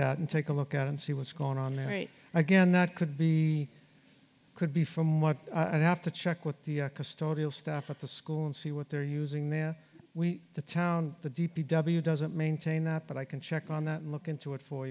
that and take a look at and see what's going on there right again that could be could be from what i'd have to check with the custodial staff at the school and see what they're using there the town the d p w doesn't maintain that but i can check on that and look into it for